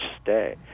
stay